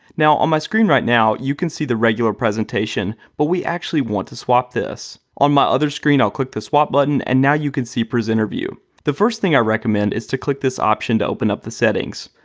now on my screen right now, you can see the regular presentation. but we actually want to swap this. on my other screen, i'll click the swap button and now you can see presenter view. the first thing i recommend is to click this option to open up the settings.